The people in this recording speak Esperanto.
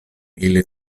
ili